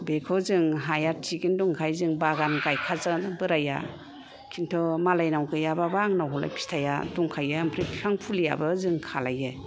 बेखौ जों हाया थिगैनो दंखाय जों बागान गायखादों बोराया किन्तु मालायनाव गैयाबाबो आंनाव हयले फिथाइया दंखायो आमफ्राय बिफां फुलिखौबो जों खालायो